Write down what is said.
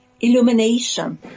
illumination